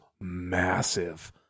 massive